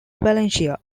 valencia